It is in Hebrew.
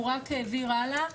הוא רק העביר הלאה,